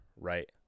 right